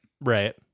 right